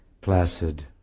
placid